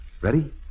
Ready